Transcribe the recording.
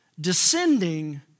descending